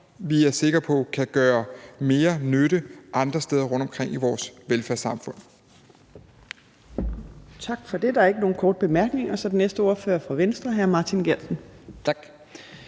vi er sikre på kan gøre mere nytte andre steder rundtomkring i vores velfærdssamfund. Kl. 13:12 Fjerde næstformand (Trine Torp): Tak for det. Der er ikke nogen korte bemærkninger, så den næste ordfører er fra Venstre. Hr. Martin Geertsen. Kl.